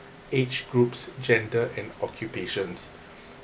age groups gender and occupations